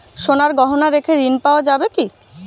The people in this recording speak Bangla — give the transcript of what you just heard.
সোনার গহনা রেখে ঋণ পাওয়া যাবে কি?